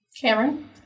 Cameron